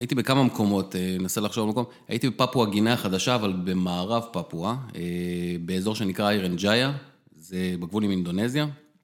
הייתי בכמה מקומות, אא אני אנסה לחשוב על מקום. הייתי בפפואגיניה החדשה, אבל במערב פפואה, אאא באזור שנקרא אירנג'איה, זה בגבול עם אינדונזיה.